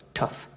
tough